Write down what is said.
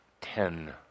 ten